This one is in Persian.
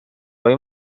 های